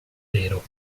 nero